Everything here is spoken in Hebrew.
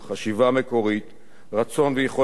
רצון ויכולת לדלג מעל כל מכשול,